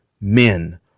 men